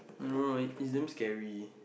I don't know leh it's damn scary